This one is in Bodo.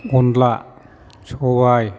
अनला सबाइ